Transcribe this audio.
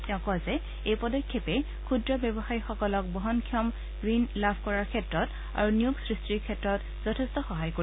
তেওঁ কয় যে এই পদক্ষেপে ক্ষুদ্ৰ ব্যৱসায়ী সকলক বহন ক্ষমন ঋণ লাভ কৰাৰ ক্ষেত্ৰত আৰু নিয়োগ সৃষ্টিৰ ক্ষেত্ৰত যথেষ্ঠ সহায় কৰিব